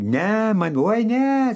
ne man uoj ne